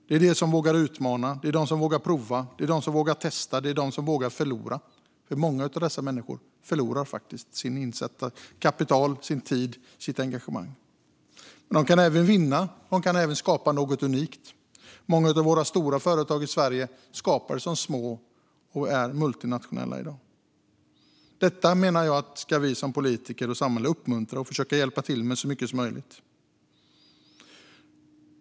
Det är de som vågar utmana, prova, testa och förlora; många av dessa människor förlorar faktiskt sitt insatta kapital, sin tid och sitt engagemang. Men de kan även vinna och skapa något unikt. Många av Sveriges stora företag skapades som små företag och är i dag multinationella. Detta ska vi politiker och samhället uppmuntra och hjälpa så mycket som möjligt.